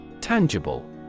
Tangible